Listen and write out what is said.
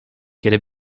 kiedy